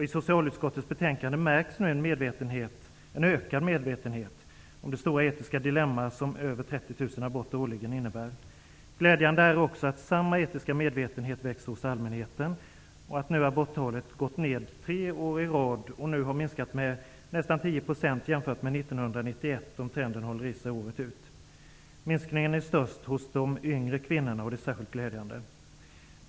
I socialutskottets betänkande märks nu en ökande medvetenhet om det stora etiska dilemma som över 30 000 aborter årligen innebär. Glädjande är också att samma etiska medvetenhet växer hos allmänheten och att aborttalet nu har gått ned i tre år i rad, en minskning med nästan 10 % jämfört med 1991, om trenden håller i sig året ut. Minskningen är störst hos de yngre kvinnorna, vilket är positivt.